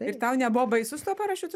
ir tau nebuvo baisu su tuo parašiutu